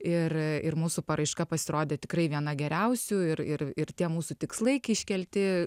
ir ir mūsų paraiška pasirodė tikrai viena geriausių ir ir ir tie mūsų tikslai iškelti